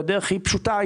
והדרך היא פשוטה,